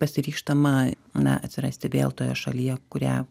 pasiryžtama na atsirasti vėl toje šalyje kurią